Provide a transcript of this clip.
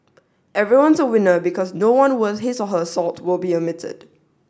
everyone's a winner because no one worth his or her salt will be omitted